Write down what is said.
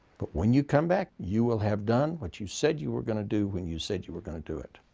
but when you come back, you will have done what you said you were going to do when you said you were going to do it.